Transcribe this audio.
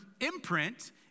imprint